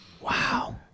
wow